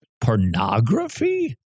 Pornography